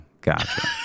Gotcha